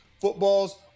footballs